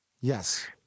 Yes